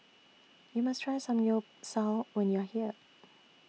YOU must Try Samgyeopsal when YOU Are here